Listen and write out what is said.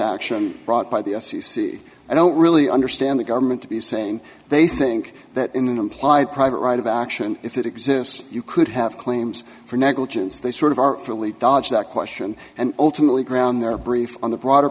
action brought by the i c c i don't really understand the government to be saying they think that in an implied private right of action if it exists you could have claims for negligence they sort of are really dodged that question and ultimately ground their brief on the broader